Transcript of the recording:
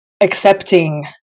accepting